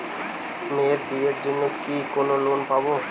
মেয়ের বিয়ের জন্য কি কোন লোন পাব?